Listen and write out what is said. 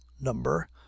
number